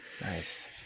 Nice